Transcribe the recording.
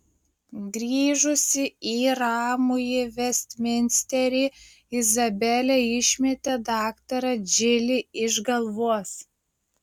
grįžusi į ramųjį vestminsterį izabelė išmetė daktarą džilį iš galvos